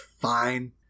fine